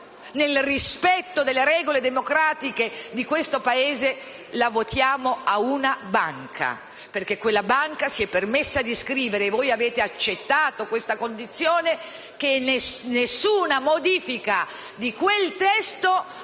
nel rispetto delle regole democratiche di questo Paese, votiamo a una banca. Perché quella banca si è permessa di scrivere - e voi avete accettato questa condizione - che nessuna modifica di quel testo